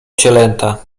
cielęta